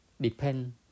depend